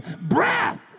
breath